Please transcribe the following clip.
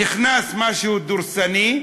נכנס משהו דורסני,